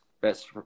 best